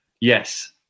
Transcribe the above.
Yes